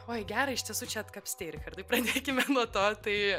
oi gerą iš tiesų čia atkapstei richardai pradėkime nuo to tai